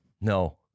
No